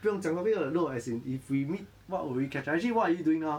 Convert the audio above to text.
不用讲到这 no as in if we meet what will we catch actually what are doing now ah